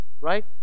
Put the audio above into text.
right